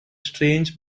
strange